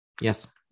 yes